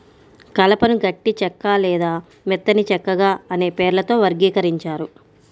కలపను గట్టి చెక్క లేదా మెత్తని చెక్కగా అనే పేర్లతో వర్గీకరించారు